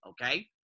okay